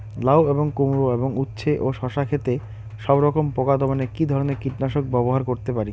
লাউ এবং কুমড়ো এবং উচ্ছে ও শসা ক্ষেতে সবরকম পোকা দমনে কী ধরনের কীটনাশক ব্যবহার করতে পারি?